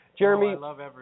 Jeremy